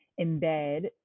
embed